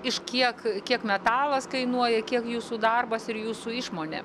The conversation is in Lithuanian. iš kiek kiek metalas kainuoja kiek jūsų darbas ir jūsų išmonė